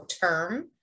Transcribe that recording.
term